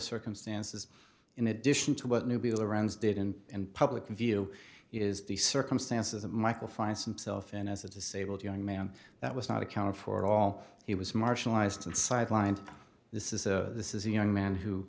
circumstances in addition to what new people arounds did in public view is the circumstances of michael finds himself in as a disabled young man that was not accounted for at all he was marginalized and sidelined this is a this is a young man who